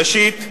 ראשית,